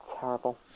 Terrible